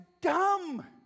dumb